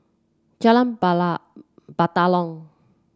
Jalan Bala Batalong